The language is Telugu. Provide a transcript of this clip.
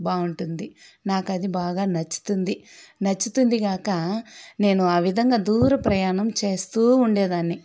బాగుంటుంది నాకది బాగా నచ్చుతుంది నచ్చుతుంది గాక నేను ఆ విధంగా దూర ప్రయాణం చేస్తు ఉండేదాన్ని